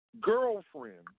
girlfriend